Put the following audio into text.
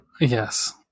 yes